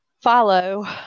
follow